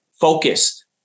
focused